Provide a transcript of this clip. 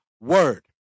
Word